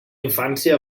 infància